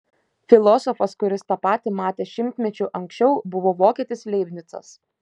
filosofas kuris tą patį matė šimtmečiu anksčiau buvo vokietis leibnicas